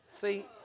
See